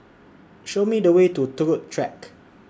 Show Me The Way to Turut Track